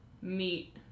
meat